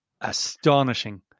astonishing